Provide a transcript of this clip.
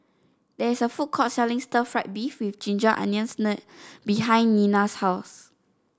there is a food court selling Stir Fried Beef with Ginger Onions behind Nena's house